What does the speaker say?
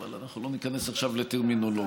אבל אנחנו לא ניכנס עכשיו לטרמינולוגיה.